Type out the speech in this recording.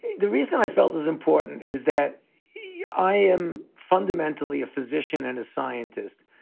the reason i felt is important is that yeah i am fundamentally a physician and a scientist.